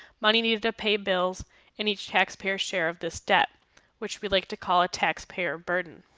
money needed to pay bills in each taxpayer share of this debt which we like to call a taxpayer burden.